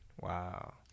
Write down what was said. Wow